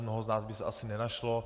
Mnoho z nás by se asi nenašlo.